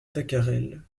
tacarel